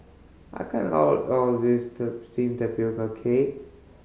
I can't all of this steam cake